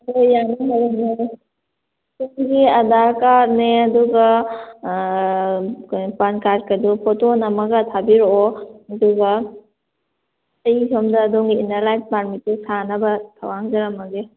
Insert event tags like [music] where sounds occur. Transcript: ꯍꯣ ꯍꯣ ꯌꯥꯅꯤ [unintelligible] [unintelligible] ꯑꯥꯗꯥꯔ ꯀꯥꯔꯠꯅꯦ ꯑꯗꯨꯒ ꯀꯩꯅꯣ ꯄꯥꯟ ꯀꯥꯔꯗꯀꯗꯨ ꯐꯣꯇꯣ ꯅꯝꯃꯒ ꯊꯥꯕꯤꯔꯛꯑꯣ ꯑꯗꯨꯒ ꯑꯩ ꯁꯣꯝꯗ ꯑꯗꯣꯝꯒꯤ ꯏꯟꯅꯔ ꯂꯥꯏꯟ ꯄꯥꯔꯃꯤꯠꯇꯨ ꯁꯥꯅꯕ ꯊꯧꯔꯥꯡꯖꯔꯝꯃꯒꯦ